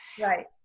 Right